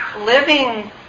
living